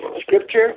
Scripture